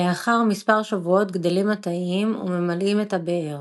לאחר מספר שבועות גדלים התאים וממלאים את הבאר.